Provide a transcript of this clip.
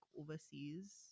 overseas